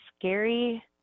scary